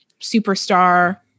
superstar